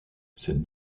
cette